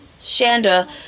shanda